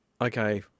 okay